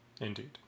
Indeed